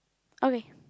okay